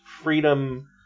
freedom